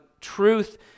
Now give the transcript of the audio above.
truth